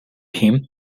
him